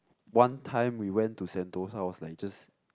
one time we went to sentosa was like just